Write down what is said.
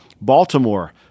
Baltimore